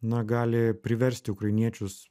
na gali priversti ukrainiečius